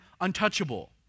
untouchable